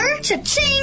Cha-ching